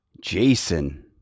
Jason